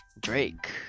Drake